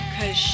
Cause